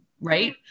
right